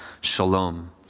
shalom